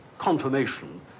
confirmation